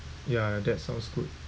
yeah that sounds good